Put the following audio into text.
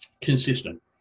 consistent